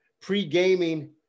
pre-gaming